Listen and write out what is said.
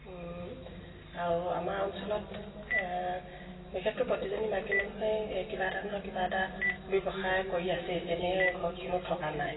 আৰু আমাৰ অঞ্চলত বিশেষকে প্ৰতিজনী মাইকী মানুহে কিবা এটা নহয় কিবা এটা ব্যৱসায় কৰি আছে এনে ঘৰত কোনো থকা নাই